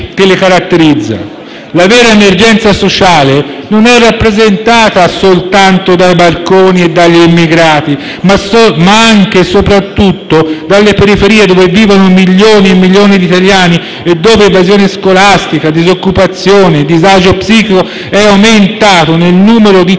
La vera emergenza sociale non è rappresentata soltanto dai barconi e dagli immigrati, ma anche e soprattutto dalle periferie, dove vivono milioni e milioni di italiani e dove evasione scolastica, disoccupazione, disagio psichico, numero di